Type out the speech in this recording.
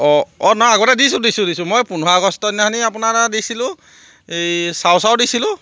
অঁ অ' নহয় আগতে দিছোঁ দিছোঁ দিছোঁ মই পোন্ধৰ আগষ্টৰ দিনাখনি আপোনাৰ দিছিলোঁ এই চাও চাও দিছিলোঁ